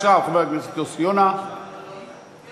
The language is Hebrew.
עכשיו חבר הכנסת יוסי יונה, ואחריו,